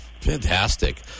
Fantastic